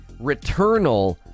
Returnal